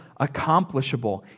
accomplishable